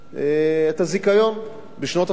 את הזיכיון בשנות ה-50.